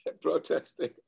protesting